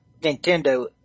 Nintendo